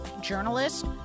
journalist